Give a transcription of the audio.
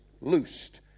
loosed